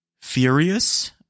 furious